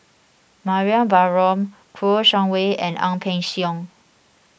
Mariam Baharom Kouo Shang Wei and Ang Peng Siong